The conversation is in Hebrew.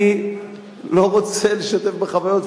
אני לא רוצה לשתף בחוויות,